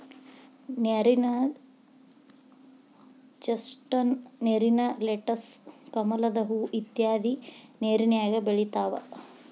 ನೇರಿನ ಚಸ್ನಟ್, ನೇರಿನ ಲೆಟಸ್, ಕಮಲದ ಹೂ ಇತ್ಯಾದಿ ನೇರಿನ್ಯಾಗ ಬೆಳಿತಾವ